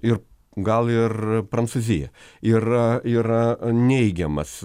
ir gal ir prancūzija yra yra neigiamas